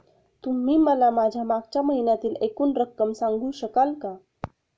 तुम्ही मला माझ्या मागच्या महिन्यातील एकूण रक्कम सांगू शकाल का?